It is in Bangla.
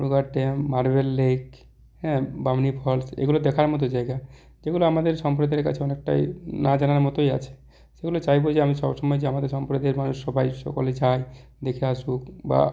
ড্যাম মার্বেল লেক হ্যাঁ বামনি ফলস এগুলো দেখার মতো জায়গা যেগুলো আমাদের সম্প্রদায়ের কাছে অনেকটাই না জানার মতোই আছে সেগুলো চাইবো যে আমি সব সময় যে আমাদের সম্প্রদায়ের মানুষ সবাই সকলে চায় দেখে আসুক বা